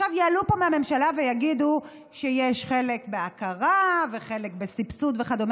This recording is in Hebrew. עכשיו יעלו פה מהממשלה ויגידו שיש חלק בהכרה וחלק בסבסוד וכדומה.